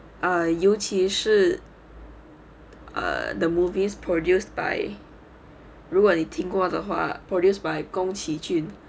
err 尤其是 err the movies produced by 如果你听过的话 produced by 宫崎骏